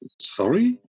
Sorry